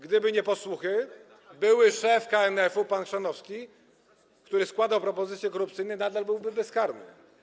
Gdyby nie podsłuchy, były szef KNF-u, pan Chrzanowski, który składał propozycje korupcyjne, nadal byłby bezkarny.